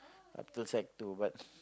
up to sec two